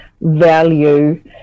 Value